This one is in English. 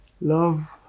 Love